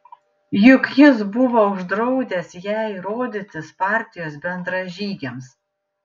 juk jis buvo uždraudęs jai rodytis partijos bendražygiams